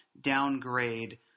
downgrade